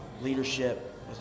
Leadership